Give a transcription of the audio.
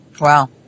Wow